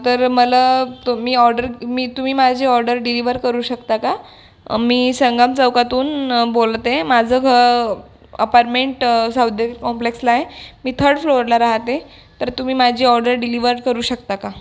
तर मला प् मी ऑर्डर मी तुम्ही माझी ऑर्डर डिलिवर करू शकता का मी संगम चौकातून बोलते माझं घ अपारमेंट सौदेवी कॉम्प्लेक्सला आहे मी थर्ड फ्लोअरला राहते तर तुम्ही माझी ऑर्डर डिलिवर करू शकता का